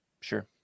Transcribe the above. sure